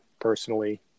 personally